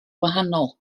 wahanol